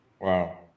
Wow